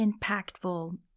impactful